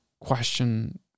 question